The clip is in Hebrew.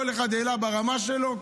כל אחד העלה ברמה שלו.